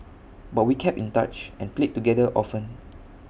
but we kept in touch and played together often